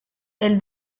elle